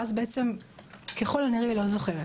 ואז בעצם ככל הנראה היא לא זוכרת.